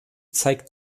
zeigt